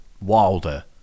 Wilder